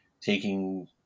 taking